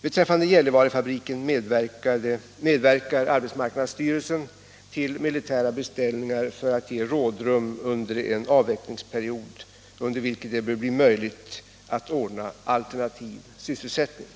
När det gäller Gällivarefabriken medverkar arbetsmarknadsstyrelsen till militära beställningar för att ge rådrum under en avvecklingsperiod, då det bör bli möjligt att ordna alternativ sysselsättning.